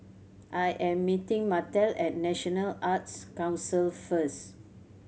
I am meeting Martell at National Arts Council first